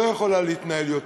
היא לא יכולה להתנהל יותר.